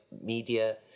media